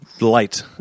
light